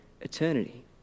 eternity